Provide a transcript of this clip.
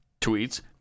tweets